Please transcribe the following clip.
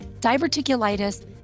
diverticulitis